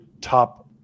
top